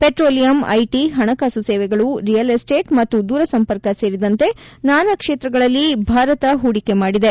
petroleum IT ಹಣಕಾಸು ಸೇವೆಗಳು real estate ಮತ್ತು ದೂರಸಂಪರ್ಕ ಸೇರಿದಂತೆ ನಾನಾ ಕ್ಷೇತ್ರಗಳಲ್ಲಿ ಭಾರತ ಹೂಡಿಕೆ ಮಾಡಿದೆ